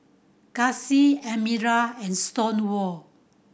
Kacy Admiral and Stonewall